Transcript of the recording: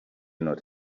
not